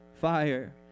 fire